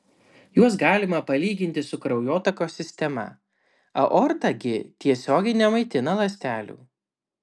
juos galima palyginti su kraujotakos sistema aorta gi tiesiogiai nemaitina ląstelių